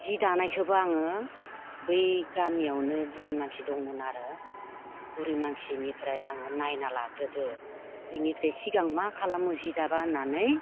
सि दानायखौबो आङो बै गामियावनो बुरै मानसि दंमोन आरो बुरै मानसिनिफ्राय आङो नायना लाग्रोदों बिनिफ्राय सिगां मा खालामो सि दाबा होननानै